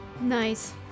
Nice